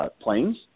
planes